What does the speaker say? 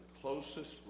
closest